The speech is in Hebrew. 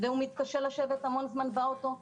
והוא מתקשה לשבת המון זמן באוטו,